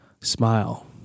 smile